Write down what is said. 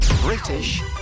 British